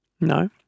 No